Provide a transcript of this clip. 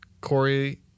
Corey